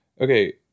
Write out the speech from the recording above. Okay